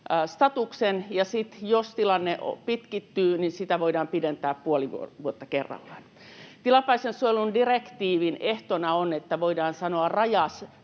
statuksen, ja sitten jos tilanne pitkittyy, niin sitä voidaan pidentää puoli vuotta kerrallaan. Tilapäisen suojelun direktiivin ehtona on, että voidaan sanoa